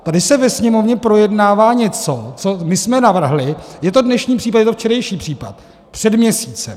Tady se ve Sněmovně projednává něco, co my jsme navrhli je to dnešní případ, je to včerejší případ před měsícem.